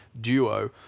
duo